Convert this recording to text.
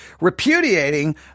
repudiating